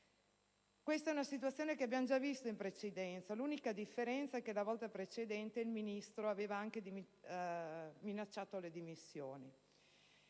l'ok. È una situazione che abbiamo già visto in precedenza, con la sola differenza che la volta precedente il Ministro aveva minacciato le dimissioni